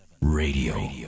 Radio